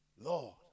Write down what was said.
Lord